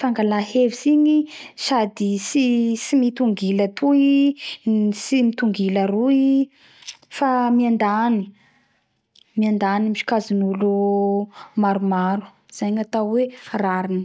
fangala hevitsy igny i sady tsy mitongila atoy tsy mitongila aroy fa miandany miandany amy sokajinolo maromaro zay no atao hoe rariny